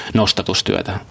nostatustyötä